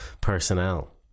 personnel